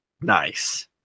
Nice